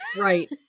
right